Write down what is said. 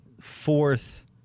fourth